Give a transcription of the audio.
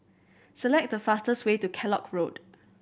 select the fastest way to Kellock Road